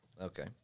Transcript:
Okay